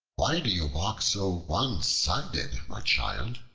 why do you walk so one-sided, my child?